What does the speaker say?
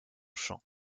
chant